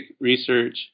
research